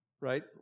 Right